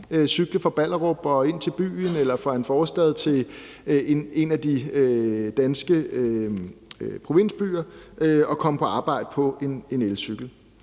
cykle fra Ballerup og ind til byen eller fra en forstad til en af de danske provinsbyer og ind til den by og komme på arbejde på en elcykel.